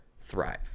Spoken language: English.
thrive